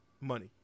money